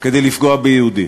כדי לפגוע ביהודים.